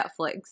Netflix